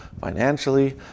financially